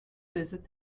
visit